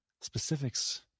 specifics